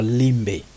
limbe